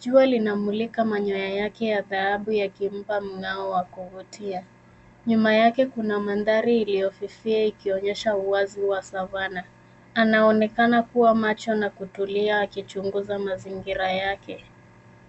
Jua linamulika manyoya yake ya dhahabu yakimpa mng'ao wa kuvutia. Nyuma yake kuna mandhari iliyofifia ikionyesha uwazi wa savanna. Anaonekana kuwa macho na kitulia akichunguza mazingira yake.